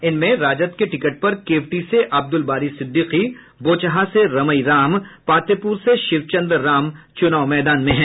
इनमें राजद के टिकट पर केवटी से अब्दुल बारी सिद्दिकी बोचहां से रमई राम पातेपुर से शिवचंद्र राम चूनाव मैदान में हैं